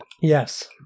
Yes